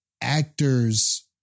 actors